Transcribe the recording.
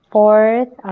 Fourth